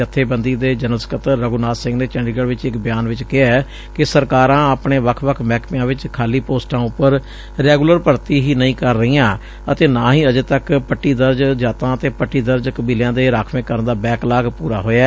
ਜਥੇਬੰਦੀ ਦੇ ਜਨਰਲ ਸਕੱਤਰ ਰਘੁਨਾਥ ਸਿੰਘ ਨੇ ਚੰਡੀਗੜ ਚ ਇਕ ਬਿਆਨ ਚ ਕਿਹੈ ਕਿ ਸਰਕਾਰਾਂ ਆਪਣੇ ਵੱਖ ਵੱਖ ਮਹਿਕਮਿਆਂ ਚ ਖ਼ਾਲੀ ਪੂੰਸਟਾਂ ਉਪਰ ਰੈਗੁਲਰ ਭਰਤੀ ਹੀ ਨਹੀਂ ਕਰ ਰਹੀਆਂ ਅਤੇ ਨਾ ਹੀ ਅਜੇ ਤੱਕ ਪਟੀਦਰਜ ਜਾਤਾਂ ਅਤੇ ਪੱਟੀਦਰਜ ਕਬੀਲਿਆਂ ਦੇ ਰਾਖਵੇ ਕਰਨ ਦਾ ਬੈਕਲਾਗ ਪੁਰਾ ਹੋਇਆ